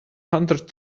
hundred